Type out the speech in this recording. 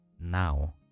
now